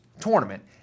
tournament